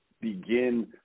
begin